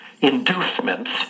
inducements